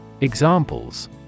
Examples